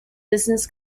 business